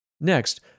Next